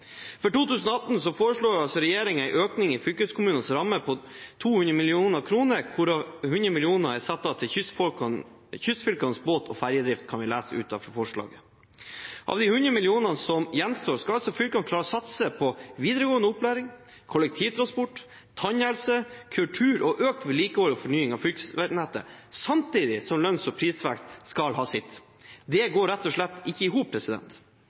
For 2018 foreslår regjeringen en økning i fylkeskommunenes rammer på 200 mill. kr, hvorav 100 mill. kr er satt av til kystfylkenes båt- og ferjedrift, kan vi lese ut av forslaget. Av de l00 mill. kr som gjenstår, skal altså fylkene klare å satse på videregående opplæring, kollektivtransport, tannhelse, kultur og økt vedlikehold og fornying av fylkesveinettet, samtidig som lønns- og prisveksten skal ha sitt. Det går rett og slett ikke i hop.